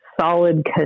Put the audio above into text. solid